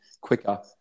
quicker